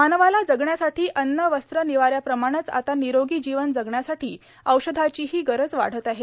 मानवाला जगण्यासाठी अन्न वस्त्र निवाऱ्याप्रमाणेच आता निरोगी जीवन जगण्यासाठी औषधाचीही गरज वाढत आहे